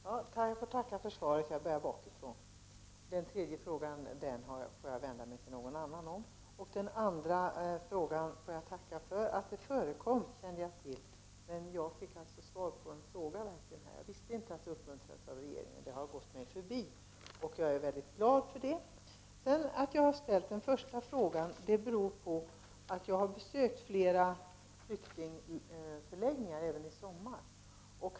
Herr talman! Jag får tacka för svaret. Beträffande den tredje frågan — jag börjar bakifrån — får jag vända mig till någon annan. Vad gäller den andra frågan får jag tacka för beskedet att den av mig efterfrågade möjligheten föreligger. Jag visste faktiskt inte att denna möjlighet uppmuntras av regeringen. Jag är mycket glad för att så är fallet. Att jag ställde den första frågan berodde på att jag har besökt flera flyktingförläggningar, bl.a. i somras.